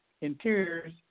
interiors